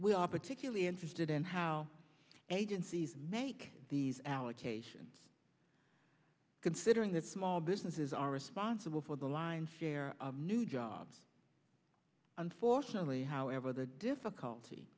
we are particularly interested in how agencies make these allocations considering that small businesses are responsible for the lion's share of new jobs unfortunately however the difficulty